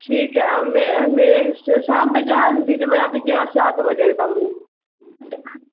ٹھیک ہے ہم میرے شام میں جو ہے نا بھجوا دیجیے گا سات بجے ایک دم